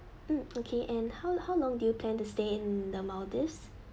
mm okay and how how long do you plan to stay in the maldives